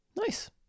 Nice